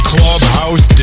Clubhouse